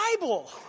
Bible